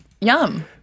yum